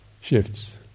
shifts